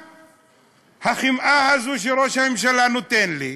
מהחמאה הזאת שראש הממשלה נותן לי,